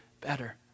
better